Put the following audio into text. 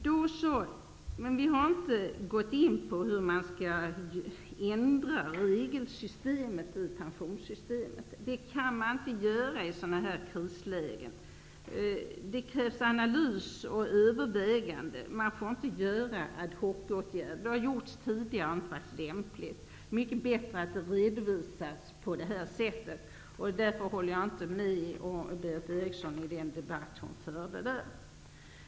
Vi har dock inte gått in på hur man skall ändra regeluppbyggnaden i pensionssystemet. Man skall inte vidta ad hoc-åtgärder i sådana här krislägen -- för det krävs analys och överväganden. Sådana har vidtagits tidigare, men har visat sig inte vara lämpliga. Det är mycket bättre att det görs en redovisning på det sätt som här har skett. Jag instämmer därför inte i den debatt som Berith Eriksson förde på den här punkten.